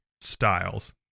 styles